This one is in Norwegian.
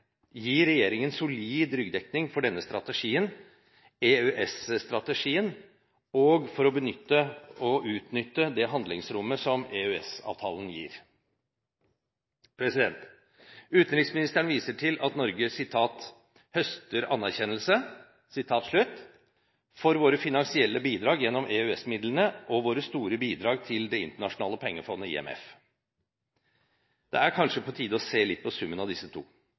regjeringen solid ryggdekning for denne strategien, EØS-strategien, og for å benytte og utnytte det handlingsrommet som EØS-avtalen gir. Utenriksministeren viser til at Norge «høster anerkjennelse» for sine finansielle bidrag gjennom EØS-midlene og sine store bidrag til det internasjonale pengefondet, IMF. Det er kanskje på tide å se litt på summen av disse to.